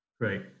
Great